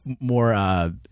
more